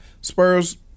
Spurs